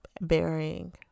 bearing